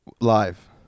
live